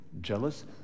jealous